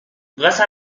grâce